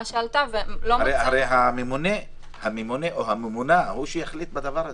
שעלתה --- הממונה הוא שיחליט בדבר הזה.